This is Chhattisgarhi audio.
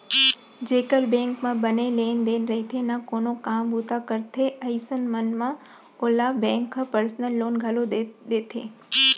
जेकर बेंक म बने लेन देन रइथे ना कोनो काम बूता करथे अइसन म ओला बेंक ह पर्सनल लोन घलौ दे देथे